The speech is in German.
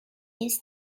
ist